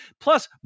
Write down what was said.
Plus